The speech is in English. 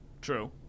True